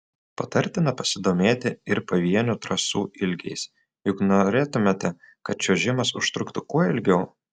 patartina pasidomėti ir pavienių trasų ilgiais juk norėtumėte kad čiuožimas užtruktų kuo ilgiau